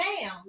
down